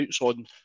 on